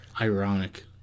Ironic